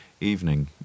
evening